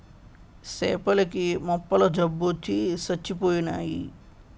సేపల కి మొప్పల జబ్బొచ్చి సచ్చిపోయినాయి